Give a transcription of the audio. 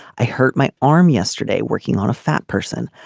i hurt my arm yesterday working on a fat person.